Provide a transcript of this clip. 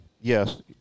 Yes